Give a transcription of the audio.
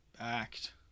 act